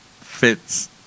fits